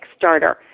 Kickstarter